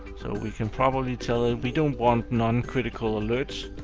so we can probably tell it, we don't want non-critical alerts,